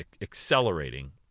accelerating